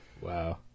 wow